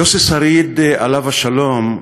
יוסי שריד, עליו השלום,